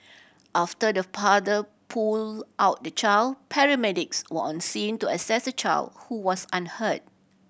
after the father pull out the child paramedics were on scene to assess the child who was unhurt